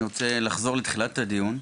אני רוצה לחזור לתחילת הדיון.